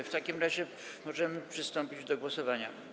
W takim razie możemy przystąpić do głosowania.